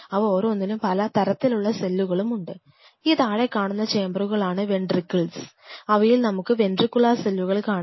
അവ ഓരോന്നിലും പലതരത്തിലുള്ള സെല്ലുകളും ഉണ്ട് ഈ താഴെ കാണുന്ന ചേംബറുകളാണ് വെൻട്രിക്കിൾസ് അവയിൽ നമുക്ക് വെൻട്രികുലാർ സെല്ലുകൾ കാണാം